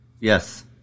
Yes